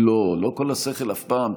לא כל השכל, אף פעם.